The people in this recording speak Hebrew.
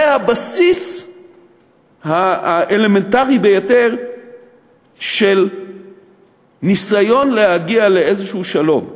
זה הבסיס האלמנטרי ביותר של ניסיון להגיע לאיזשהו שלום,